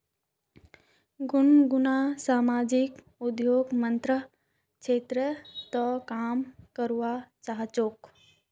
गुनगुन सामाजिक उद्यमितार क्षेत्रत काम करवा चाह छेक